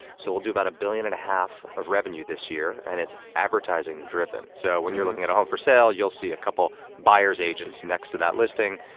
so we'll do about a billion and a half of revenue this year and it's advertising driven. so when you're looking at a home for sale, you'll see a couple buyers' agents next to that listing,